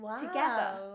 together